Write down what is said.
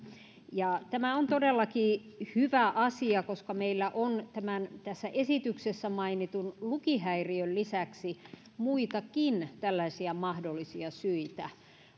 tämä on todellakin hyvä asia koska meillä on tämän tässä esityksessä mainitun lukihäiriön lisäksi muitakin mahdollisia syitä